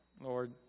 Lord